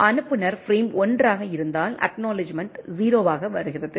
அனுப்புநர் பிரேம் 1 ஆக இருந்தால் அக்நாலெட்ஜ்மெண்ட் 0 ஆக வருகிறது